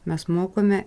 mes mokome